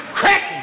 crack